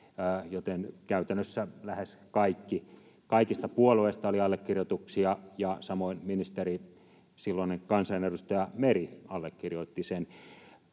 joten käytännössä lähes kaikista puolueista oli allekirjoituksia, ja samoin ministeri, silloinen kansanedustaja Meri allekirjoitti sen.